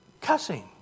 cussing